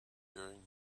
during